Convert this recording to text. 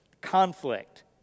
Conflict